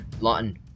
Lawton